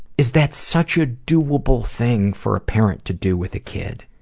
is that's such a doable thing for a parent to do with a kid.